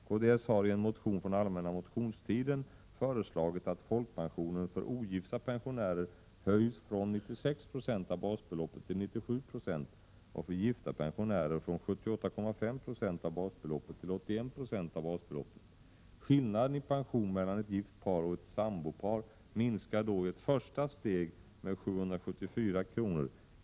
Kds har i en motion från allmänna motionstiden föreslagit att folkpensionen för ogifta pensionärer höjs från 96 96 av basbeloppet till 97 96 och för gifta pensionärer från 78 90 av basbeloppet till 81 20 av basbeloppet. Skillnaden i pension mellan ett gift par och ett sambopar minskar då i ett första steg med 774 kr.